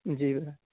جی